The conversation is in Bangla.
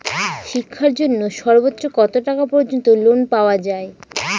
শিক্ষার জন্য সর্বোচ্চ কত টাকা পর্যন্ত লোন পাওয়া য়ায়?